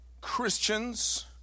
Christians